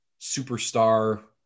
superstar